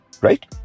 right